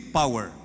power